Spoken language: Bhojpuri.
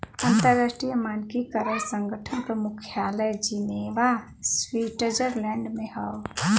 अंतर्राष्ट्रीय मानकीकरण संगठन क मुख्यालय जिनेवा स्विट्जरलैंड में हौ